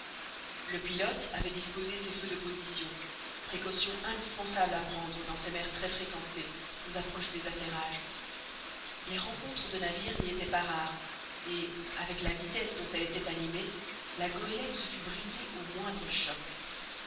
le pilote avait disposé ses feux de position précaution indispensable à prendre dans ces mers très fréquentées aux approches des atterrages les rencontres de navires n'y étaient pas rares et avec la vitesse dont elle était animée la goélette se fût brisée au moindre choc